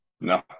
No